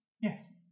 Yes